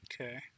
Okay